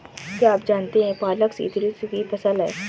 क्या आप जानते है पालक शीतऋतु की फसल है?